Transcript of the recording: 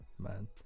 Man